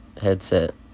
headset